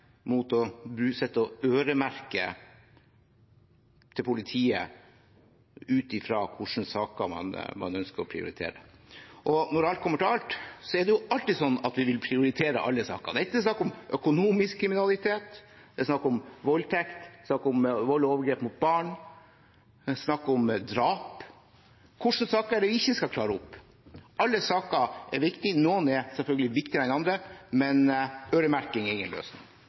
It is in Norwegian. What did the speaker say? mot å sitte og øremerke til politiet ut fra hvilke saker man ønsker å prioritere. Når alt kommer til alt, er det alltid sånn at vi vil prioritere alle saker, enten det er snakk om økonomisk kriminalitet, voldtekt, vold og overgrep mot barn eller drap. Hvilke saker er det vi ikke skal oppklare? Alle saker er viktige. Noen er selvfølgelig viktigere enn andre, men øremerking er ingen løsning.